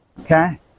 okay